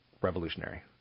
revolutionary